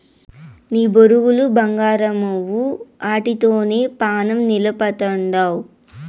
నీ బొరుగులు బంగారమవ్వు, ఆటితోనే పానం నిలపతండావ్